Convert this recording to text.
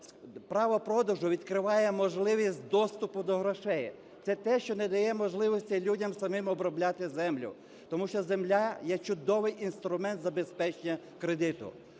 Право продажу відкриває можливість доступу до грошей. Це те, що не дає можливості людям самим обробляти землю, тому що земля є чудовий інструмент забезпечення кредиту.